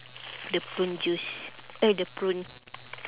the prune juice eh the prune